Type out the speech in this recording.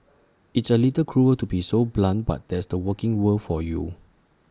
it's A little cruel to be so blunt but that's the working world for you